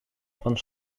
van